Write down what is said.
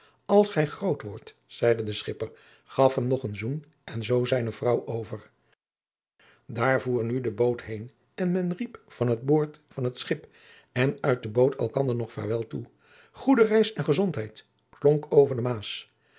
als gij groot wordt zeide de schipper gaf hem adriaan loosjes pzn het leven van maurits lijnslager nog een zoen en zoo zijne vrouw over daar voer nu de boot heen en men riep van het boord van het schip en uit de boot elkander nog vaarwel toe goede reis en gezondheid klonk over de maas